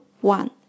one